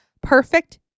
Perfect